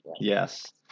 yes